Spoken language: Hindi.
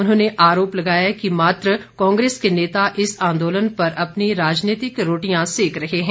उन्होंने आरोप लगाया कि मात्र कांग्रेस के नेता इस आंदोलन पर अपनी राजनीतिक रोटियां सेक रहे हैं